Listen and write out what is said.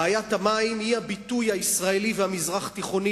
בעיית המים היא הביטוי הישראלי והמזרח-תיכוני